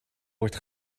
wordt